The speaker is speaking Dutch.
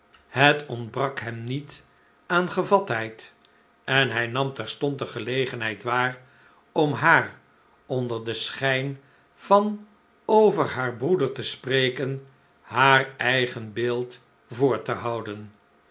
het ontbrak hem niet aan gevatheid en hij nam terstond de gelegenheid waar om haar onder den schijn van over haar broeder te spreken haar eigen beeld voor te houden